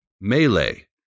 melee